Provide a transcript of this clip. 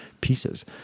pieces